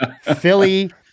Philly